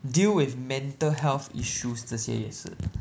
deal with mental health issues 这些也是